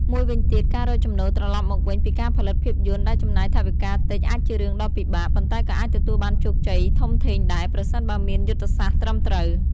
មួយវិញទៀត ការរកចំណូលត្រឡប់មកវិញពីការផលិតភាពយន្តដែលចំណាយថវិកាតិចអាចជារឿងដ៏ពិបាក ប៉ុន្តែក៏អាចទទួលបានជោគជ័យធំធេងដែរ ប្រសិនបើមានយុទ្ធសាស្ត្រត្រឹមត្រូវ។